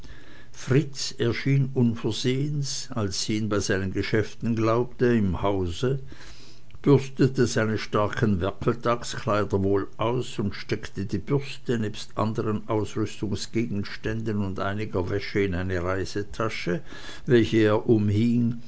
fritz erschien unversehens als sie ihn bei seinen geschäften glaubte im hause bürstete seine starken werkeltagskleider wohl aus und steckte die bürste nebst anderen ausrüstungsgegenständen und einiger wäsche in eine reisetasche welche er umhing